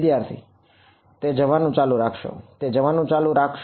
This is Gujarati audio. વિદ્યાર્થી તે જવાનું ચાલુ રાખશે